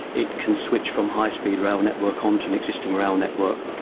it can switch from high speed rail network onto an existing rail network,